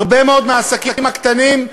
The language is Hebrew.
הרבה מאוד מהעסקים הקטנים,